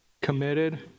committed